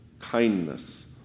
kindness